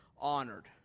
honored